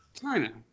China